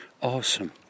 awesome